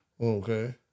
Okay